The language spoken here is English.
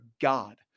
God